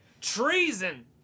Treason